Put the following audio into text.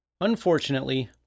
Unfortunately